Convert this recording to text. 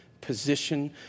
position